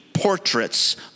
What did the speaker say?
Portraits